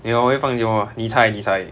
你懂我会放弃什么 mah 你猜你猜